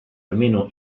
almeno